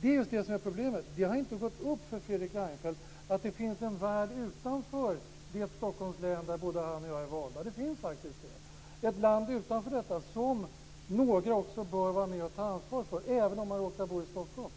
Det är just det som är problemet. Det har inte gått upp för Fredrik Reinfeldt att det finns en värld utanför det Stockholms län som både han och jag är valda i. Det finns faktiskt det. Det finns ett land utanför detta län som några också bör vara med och ta ansvar för även om man råkar bo i Stockholm.